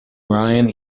brian